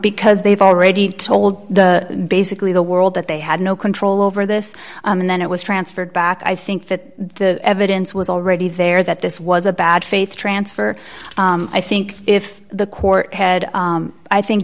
because they've already told the basically the world that they had no control over this and then it was transferred back i think that the evidence was already there that this was a bad faith transfer i think if the court had i think